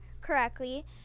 correctly